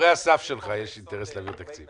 לשומרי הסף שלך יש אינטרס להעביר תקציב.